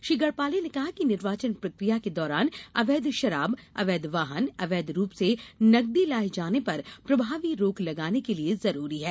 श्री गढ़पाले ने कहा कि निर्वाचन प्रक्रिया के दौरान अवैध शराब अवैध वाहन अवैध रूप से नगदी लाये जाने पर प्रभावी रोक लगाने के लिए जरूरी है